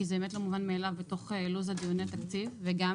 זה באמת לא מובן מאליו בתוך לוז דיוני התקציב וגם